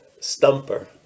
stumper